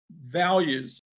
values